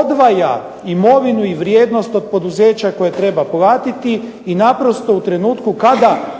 odvaja imovinu i vrijednost od poduzeća koje treba platiti i naprosto u trenutku kada